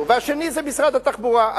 והשני זה משרד התחבורה,